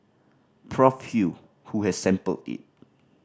Prof Hew who has sampled it